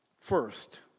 first